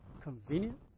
convenient